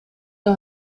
деп